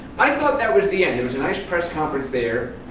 i thought that was the end. it was a nice press conference there,